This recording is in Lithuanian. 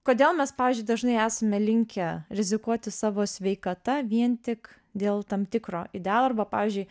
kodėl mes pavyzdžiui dažnai esame linkę rizikuoti savo sveikata vien tik dėl tam tikro idealo arba pavyzdžiui